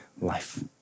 life